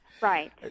Right